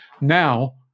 now